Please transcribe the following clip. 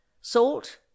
salt